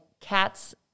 cats